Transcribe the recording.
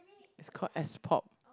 is called S pop